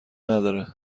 نداره